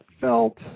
felt